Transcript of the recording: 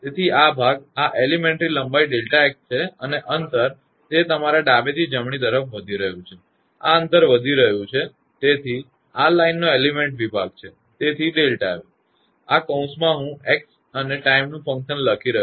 તેથી આ ભાગ આ એલીમેન્ટ્રી લંબાઈ Δ𝑥 છે અને અંતર એ તમારા ડાબેથી જમણી તરફ વધી રહ્યું છે આ અંતર વધી રહ્યું છે તેથી આ લાઇનનો એલિમેન્ટ વિભાગ છે તેથી Δ𝑣 આ કૌંસમાં હું x અને ટાઇમનું ફંક્શન લખી રહ્યો છું